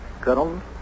Colonel